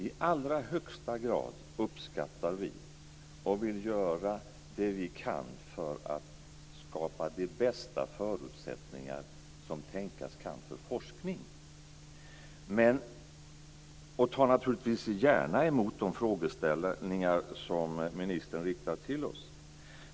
I allra högsta grad uppskattar vi och vill göra det vi kan för att skapa de bästa förutsättningar som tänkas kan för forskning, och vi tar naturligtvis gärna emot de frågeställningar som ministern riktar till oss.